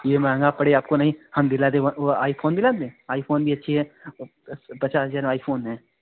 ये महँगा पड़े आपको नहीं हम दिला दें व आई फ़ोन दिला दें आई फ़ोन भी अच्छी है पचास हज़ार आई फ़ोन में है